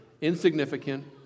insignificant